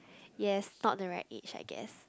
yes not the right age I guess